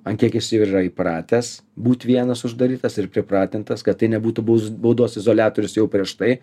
ant kiek jis yra įpratęs būt vienas uždarytas ir pripratintas kad tai nebūtų bus baudos izoliatorius jau prieš tai